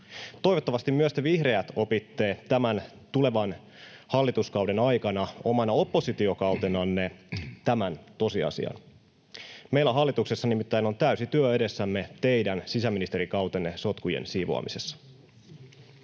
Toivottavasti myös te vihreät opitte tämän tulevan hallituskauden aikana, omana oppositiokautenanne, tämän tosiasian. Meillä hallituksessa nimittäin on täysi työ edessämme teidän sisäministerikautenne sotkujen siivoamisessa.